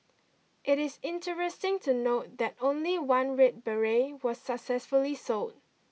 it is interesting to note that only one red beret was successfully sold